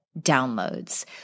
downloads